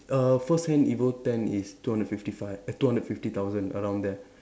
err first hand Evo ten is two hundred fifty five eh two hundred fifty thousand around there